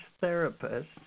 therapist